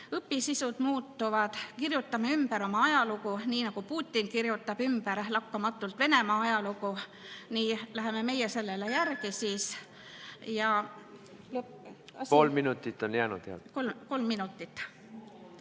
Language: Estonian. Õpisisud muutuvad, kirjutame ümber oma ajalugu. Nii nagu Putin kirjutab ümber lakkamatult Venemaa ajalugu, nii läheme meie sellele järgi. Pool minutit on jäänud. Pool minutit